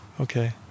Okay